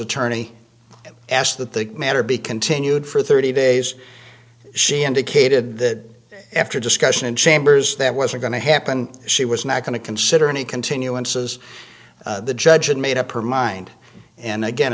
attorney asked that the matter be continued for thirty days she indicated that after discussion in chambers that was are going to happen she was not going to consider any continuances the judge and made up her mind and again